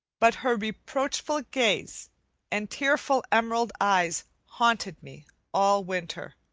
but her reproachful gaze and tearful emerald eyes haunted me all winter.